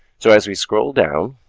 so as we scroll down,